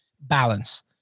Balance